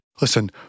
listen